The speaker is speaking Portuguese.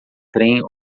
trem